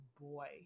boy